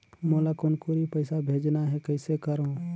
मोला कुनकुरी पइसा भेजना हैं, कइसे करो?